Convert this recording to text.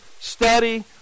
study